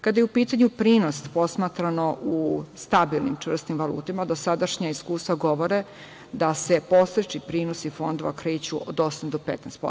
Kada je u pitanju prinos posmatrano u stabilnim čvrstim valutama, a dosadašnja iskustva govore da se prosečni prinosi fondova kreću od 8% do 15%